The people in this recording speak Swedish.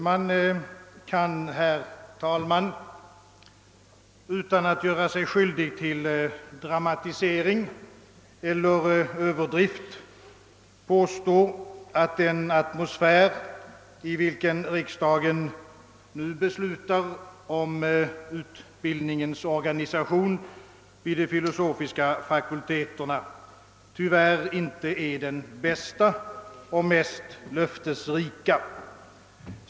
Herr talman! Man kan utan att göra sig skyldig till någon dramatisering eller överdrift påstå, att den atmosfär, i vilken riksdagen nu skall besluta om utbildningens organisation vid de filosofiska fakulteterna, tyvärr inte är den bästa och mest löftesrika.